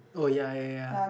oh ya ya ya